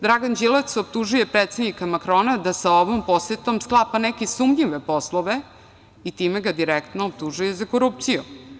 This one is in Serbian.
Dragan Đilas optužio je predsednika Makrona da sa ovom posetom sklapa neke sumnjive poslove i time ga direktno optužuje za korupciju.